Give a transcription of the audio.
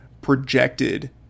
projected